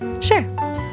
Sure